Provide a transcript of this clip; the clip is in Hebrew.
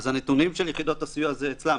אז הנתונים של יחידות הסיוע זה אצלם,